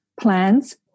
plans